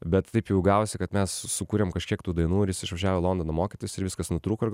bet taip jau gavosi kad mes sukūrėm kažkiek tų dainų ir jis išvažiavo į londoną mokytis ir viskas nutrūko ir